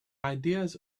ideas